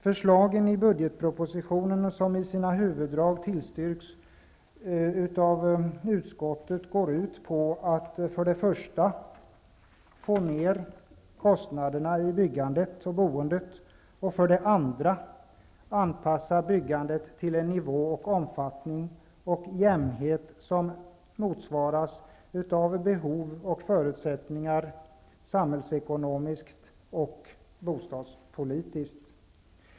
Förslagen i budgetpropositionen, som i sina huvuddrag tillstyrks av utskottet, går ut på att för det första få ned kostnaderna i byggandet och boendet och för det andra anpassa byggandet till en nivå, omfattning och jämnhet som motsvaras av behov och förutsättningar samhällsekonomiskt och bostadspolitiskt.